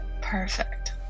Perfect